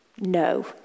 no